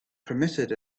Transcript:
permitted